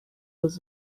was